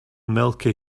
milky